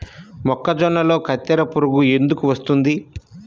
మొక్కజొన్నలో కత్తెర పురుగు ఎందుకు వస్తుంది?